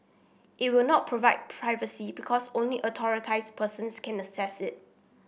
it will not private privacy because only authorised persons can access it